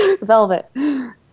Velvet